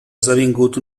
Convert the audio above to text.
esdevingut